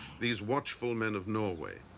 these watchful men of norway.